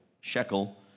shekel